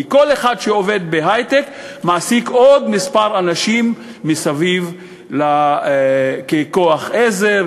כי כל אחד שעובד בהיי-טק מעסיק עוד כמה אנשים מסביב ככוח עזר,